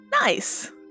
Nice